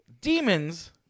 demons